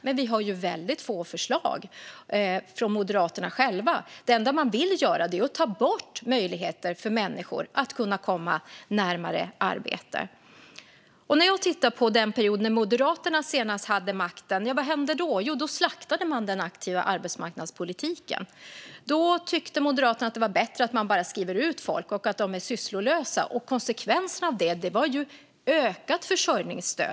Men vi hör väldigt få förslag från Moderaterna själva. Det enda de vill göra är att ta bort möjligheter för människor att kunna komma närmare arbete. Jag tittar på den period när Moderaterna senast hade makten. Vad hände då? Jo, då slaktade man den aktiva arbetsmarknadspolitiken. Då tyckte Moderaterna att det var bättre att man bara skrev ut folk och att de var sysslolösa. Konsekvensen av det var ökat försörjningsstöd.